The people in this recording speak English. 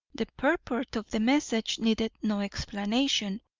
the purport of the message needed no explanation,